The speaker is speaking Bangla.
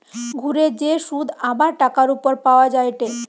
ঘুরে যে শুধ আবার টাকার উপর পাওয়া যায়টে